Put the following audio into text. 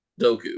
Doku